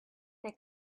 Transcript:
they